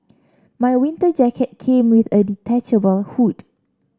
my winter jacket came with a detachable hood